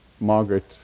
Margaret